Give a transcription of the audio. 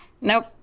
Nope